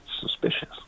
suspicious